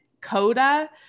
Coda